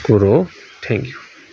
कुरो हो thank you